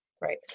Right